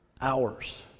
hours